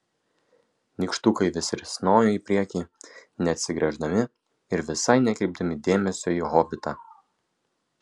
nykštukai vis risnojo į priekį neatsigręždami ir visai nekreipdami dėmesio į hobitą